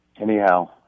anyhow